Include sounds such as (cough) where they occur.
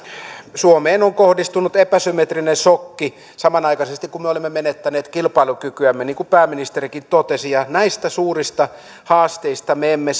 suomeen on kohdistunut epäsymmetrinen sokki samanaikaisesti kun me olemme menettäneet kilpailukykyämme niin kuin pääministerikin totesi näistä suurista haasteista me emme (unintelligible)